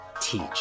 teach